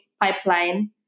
pipeline